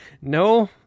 No